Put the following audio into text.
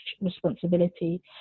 responsibility